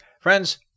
Friends